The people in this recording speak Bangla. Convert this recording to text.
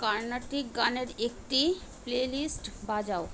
কার্নাটিক গানের একটি প্লেলিস্ট বাজাও